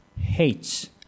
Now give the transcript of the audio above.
hates